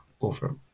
over